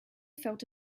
felt